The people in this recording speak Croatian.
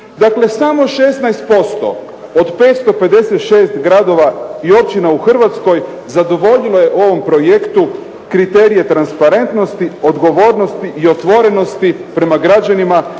Dakle samo 16% od 556 gradova i općina u Hrvatskoj zadovoljilo je ovom projektu kriterija transparentnosti, odgovornosti i otvorenosti prema građanima